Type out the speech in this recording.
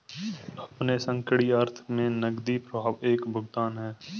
अपने संकीर्ण अर्थ में नकदी प्रवाह एक भुगतान है